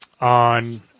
on